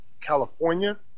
California